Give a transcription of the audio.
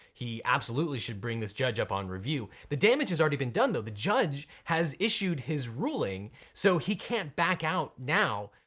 he absolutely should bring this judge up on review. the damage has already been done, though, the judge has issued his ruling, so he can't back out now.